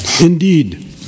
Indeed